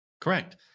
Correct